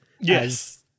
yes